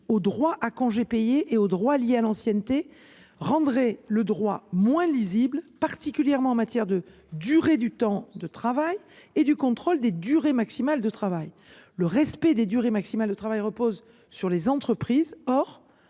au droit à congés payés et aux droits liés à l’ancienneté rendrait le droit moins lisible, particulièrement en matière de durée du temps de travail et de contrôle des durées maximales du travail. Le respect des durées maximales de travail repose sur les entreprises ; or,